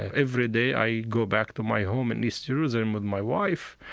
every day i go back to my home in east jerusalem with my wife,